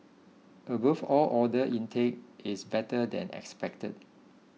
above all order intake is better than expected